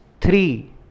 three